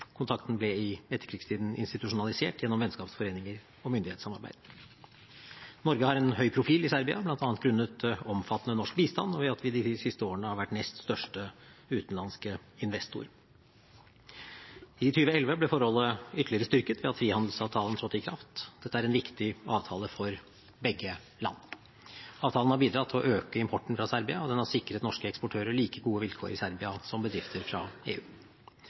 Kontakten ble i etterkrigstiden institusjonalisert gjennom vennskapsforeninger og myndighetssamarbeid. Norge har en høy profil i Serbia, bl.a. grunnet omfattende norsk bistand og ved at vi de siste årene har vært nest største utenlandske investor. I 2011 ble forholdet ytterligere styrket ved at frihandelsavtalen trådte i kraft. Dette er en viktig avtale for begge land. Avtalen har bidratt til å øke importen fra Serbia, og den har sikret norske eksportører like gode vilkår i Serbia som bedrifter fra EU.